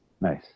nice